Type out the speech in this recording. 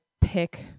pick